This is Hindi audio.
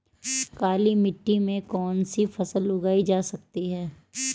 काली मिट्टी में कौनसी फसल उगाई जा सकती है?